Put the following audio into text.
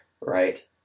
right